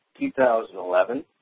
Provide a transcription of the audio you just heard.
2011